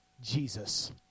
Jesus